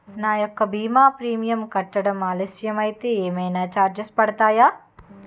నా యెక్క భీమా ప్రీమియం కట్టడం ఆలస్యం అయితే ఏమైనా చార్జెస్ పడతాయా?